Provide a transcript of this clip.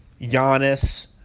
Giannis